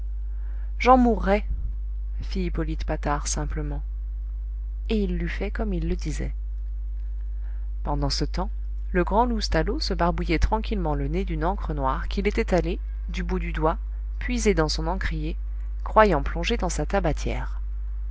j'en mourrais fit hippolyte patard simplement et il l'eût fait comme il le disait pendant ce temps le grand loustalot se barbouillait tranquillement le nez d'une encre noire qu'il était allé du bout du doigt puiser dans son encrier croyant plonger dans sa tabatière